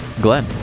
Glenn